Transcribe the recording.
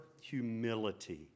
humility